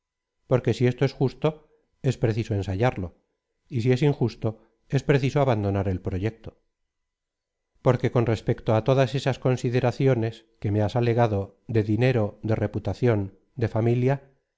porque si esto es justo es preciso ensayarlo y si es injusto es preciso abandonar el proyecto porque con respecto á todas esas consideraciones que me has alegado de dinero de reputación de familia